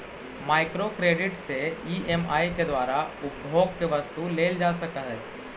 micro credit से EMI के द्वारा उपभोग के वस्तु लेल जा सकऽ हई